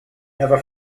never